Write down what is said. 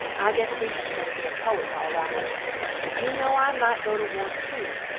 i guess dinky is goin to be a poit al-rite. you no i mite go to war two,